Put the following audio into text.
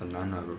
很难 ah bro